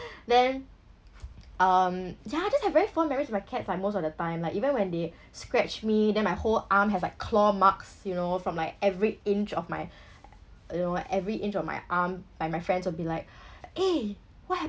then um yeah I just have very fond memories of my cats like most of the time like even when they scratch me then my whole arm has like claw marks you know from like every inch of my you know every inch of my arm and my friends will be like eh what happen